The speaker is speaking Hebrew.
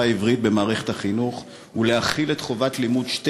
העברית במערכת החינוך ולהחיל את חובת לימוד שתי